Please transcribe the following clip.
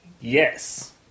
Yes